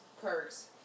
perks